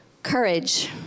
courage